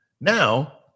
Now